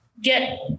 get